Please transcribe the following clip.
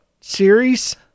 series